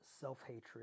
self-hatred